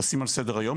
בלשים על סדר היום.